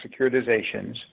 securitizations